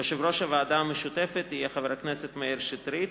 יושב-ראש הוועדה המשותפת יהיה חבר הכנסת מאיר שטרית.